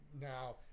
now